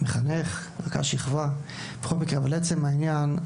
מחנך ורכז שכבה במשך 15 שנים.